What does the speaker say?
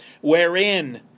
wherein